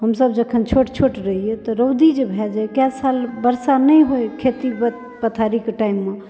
हमसब जखन छोट छोट रहियै तऽ रौदी जे भए जाइ कएक साल बरसा नहि होइ खेती पथारीके टाइममे